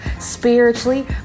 spiritually